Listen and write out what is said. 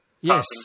Yes